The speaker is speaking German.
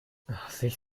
sich